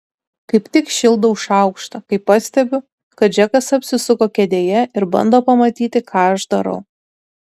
kaip tik šildau šaukštą kai pastebiu kad džekas apsisuko kėdėje ir bando pamatyti ką aš darau